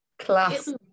class